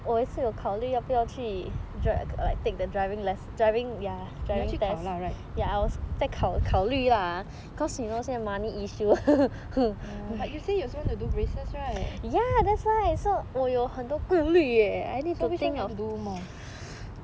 你要去考 lah right but you say you also want to do braces right so which one you want to do